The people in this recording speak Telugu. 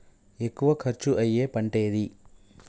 ఎక్కువ ఖర్చు అయ్యే పంటేది?